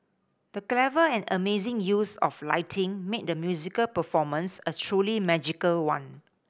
the clever and amazing use of lighting made the musical performance a truly magical one